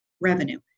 revenue